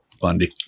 Bundy